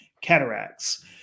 Cataracts